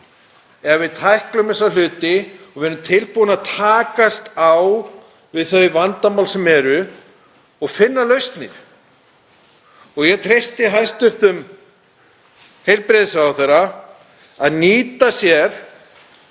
ef við tæklum þessa hluti og erum tilbúin að takast á við þau vandamál sem eru og finna lausnir. Ég treysti hæstv. heilbrigðisráðherra til að nýta sér